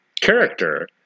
character